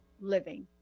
Living